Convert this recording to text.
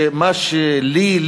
שמה שלי,